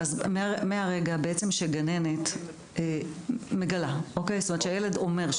מהרגע בעצם שגננת מגלה, כשהילד אומר.